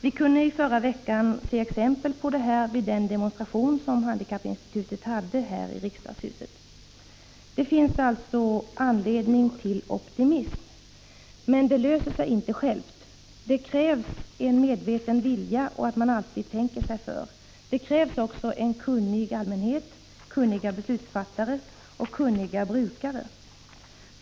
Vi kunde i förra veckan se exempel på detta vid den demonstration som handikappinsti | tutet hade här i riksdagshuset. 107 Det finns alltså all anledning till optimism. Men de olika problemen löser sig inte själva. Det krävs en medveten vilja och att man alltid tänker sig för. Det krävs också en kunnig allmänhet, kunniga beslutsfattare och kunniga brukare.